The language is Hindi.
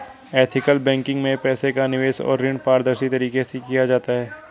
एथिकल बैंकिंग में पैसे का निवेश और ऋण पारदर्शी तरीके से किया जाता है